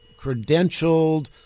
credentialed